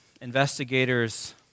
investigators